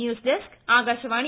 news desk Akashvani